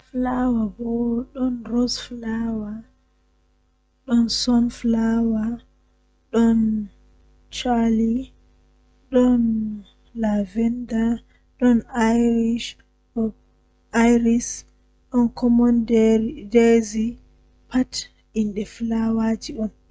Taalel taalel jannata booyel, Woodi wakaati feere kolekole don dilla haa dow mayo kombuwal kenan don dilla sei ndiyam manga wari ilni kombuwal man yahi sakkini dum haa hunduko maayo debbo feere wari haalota kare maako sei o hefti bingel haa nder kombuwal man nden debbo man meedaaka danyugo.